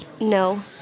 No